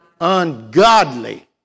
ungodly